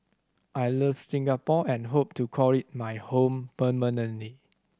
I love Singapore and hope to call it my home permanently